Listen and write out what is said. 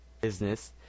business